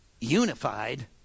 unified